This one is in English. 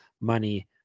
money